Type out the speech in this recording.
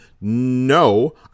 No